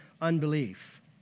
unbelief